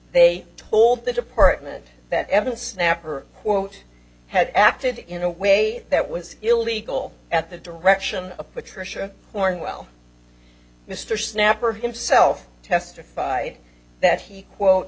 they told the department that evan snapper quote had acted in a way that was illegal at the direction of patricia cornwell mr snapper himself testified that he quote